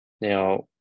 now